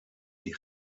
die